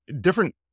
different